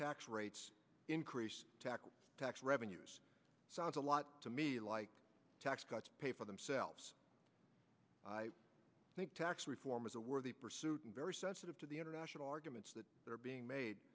tax rates increase tax tax revenues sounds a lot to me like tax cuts pay for themselves i think tax reform is a worthy pursuit and very sensitive to the international arguments that are being made